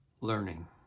learning